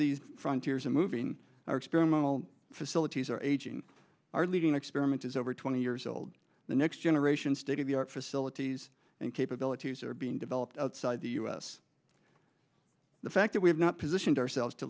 the front years and moving our experimental facilities our aging our leading experiment is over twenty years old the next generation state of the art facilities and capabilities are being developed outside the us the fact that we have not positioned ourselves to